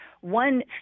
one